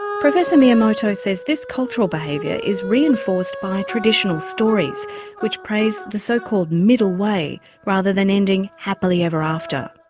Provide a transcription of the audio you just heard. professor miyamoto says this cultural behaviour is reinforced by traditional stories which praise the so-called middle way rather than ending happily ever after.